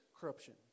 corruption